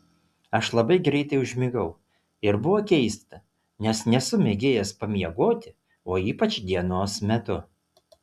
aš labai greitai užmigau ir buvo keista nes nesu mėgėjas pamiegoti o ypač dienos metu